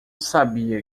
sabia